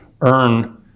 earn